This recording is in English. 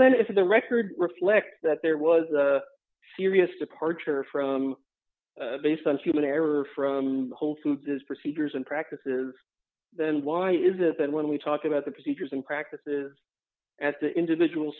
is the record reflect that there was a serious departure from based on human error from whole foods is procedures and practices then why is it that when we talk about the procedures and practices at the individual